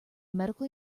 medical